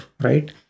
right